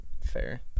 fair